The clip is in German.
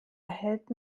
erhält